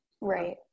Right